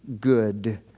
good